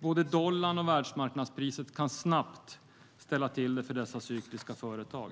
Både dollarn och världsmarknadspriset kan snabbt ställa till det för dessa cykliska företag.